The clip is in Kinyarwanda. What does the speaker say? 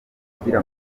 ugira